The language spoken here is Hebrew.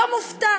לא מופתע,